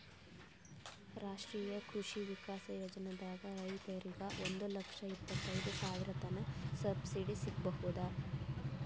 ರಾಷ್ಟ್ರೀಯ ಕೃಷಿ ವಿಕಾಸ್ ಯೋಜನಾದಾಗ್ ರೈತರಿಗ್ ಒಂದ್ ಲಕ್ಷ ಇಪ್ಪತೈದ್ ಸಾವಿರತನ್ ಸಬ್ಸಿಡಿ ಸಿಗ್ಬಹುದ್